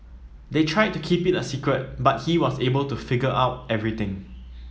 they tried to keep it a secret but he was able to figure everything out